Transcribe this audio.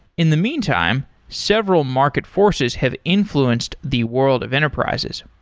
in the meantime, several market forces have influenced the world of enterprises.